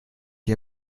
sie